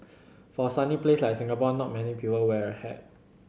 for a sunny place like Singapore not many people wear a hat